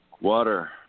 Water